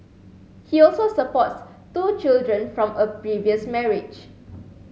he also supports two children from a previous marriage